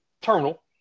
terminal